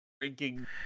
drinking